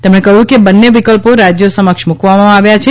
તેમણે કહ્યું બંને વિકલ્પો રાજ્યો સમક્ષ મૂકવામાં આવ્યા છે